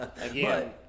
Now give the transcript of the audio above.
Again